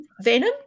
Venom